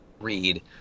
read